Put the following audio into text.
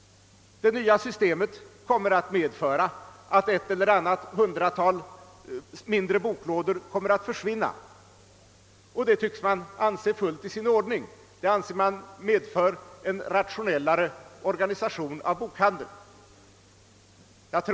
Det nya systemet kommer att medföra att ett eller annat hundratal mindre boklådor kommer att försvinna, och det tycks man anse fullt i sin ordning — det skulle medföra en rationellare organisation av bokhandeln, tror man.